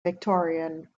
victorian